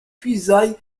puisaye